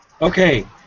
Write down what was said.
Okay